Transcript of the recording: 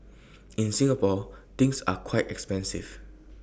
in Singapore things are quite expensive